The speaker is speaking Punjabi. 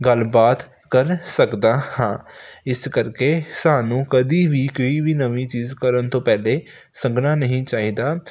ਗੱਲਬਾਤ ਕਰ ਸਕਦਾ ਹਾਂ ਇਸ ਕਰਕੇ ਸਾਨੂੰ ਕਦੀ ਵੀ ਕੋਈ ਵੀ ਨਵੀਂ ਚੀਜ਼ ਕਰਨ ਤੋਂ ਪਹਿਲੇ ਸੰਗਣਾ ਨਹੀਂ ਚਾਹੀਦਾ